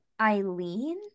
Eileen